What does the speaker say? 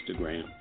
Instagram